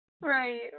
Right